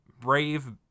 Brave